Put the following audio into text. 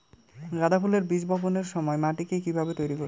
গাদা ফুলের বীজ বপনের সময় মাটিকে কিভাবে তৈরি করব?